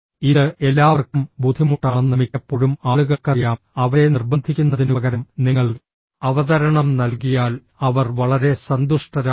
ഇത് എല്ലാവർക്കും ബുദ്ധിമുട്ടാണെന്ന് മിക്കപ്പോഴും ആളുകൾക്കറിയാം അവരെ നിർബന്ധിക്കുന്നതിനുപകരം നിങ്ങൾ അവതരണം നൽകിയാൽ അവർ വളരെ സന്തുഷ്ടരാകും